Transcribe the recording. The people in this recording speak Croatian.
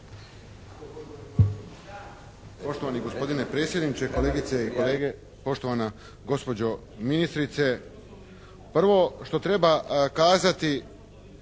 Poštovani gospodine predsjedniče, kolegice i kolege, poštovana gospođo ministrice. Prvo što treba kazati